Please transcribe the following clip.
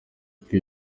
kuko